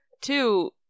Two